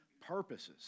purposes